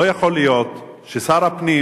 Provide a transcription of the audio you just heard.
לא יכול להיות ששר הפנים,